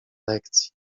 lekcji